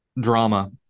drama